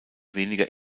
weniger